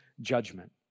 judgment